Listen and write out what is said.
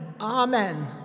Amen